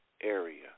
area